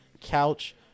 couch